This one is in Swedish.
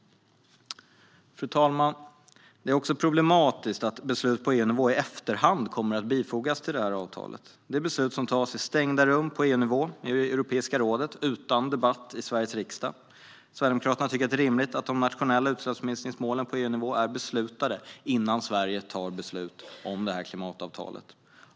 Fru talman! Det är också problematiskt att beslut på EU-nivå i efterhand kommer att bifogas detta avtal. Det är beslut som tas i stängda rum på EU-nivå i Europeiska rådet och utan debatt i Sveriges riksdag. Sverigedemokraterna tycker att det är rimligt att de nationella utsläppsminskningsmålen på EU-nivå är beslutade innan Sverige fattar beslut om klimatavtalet.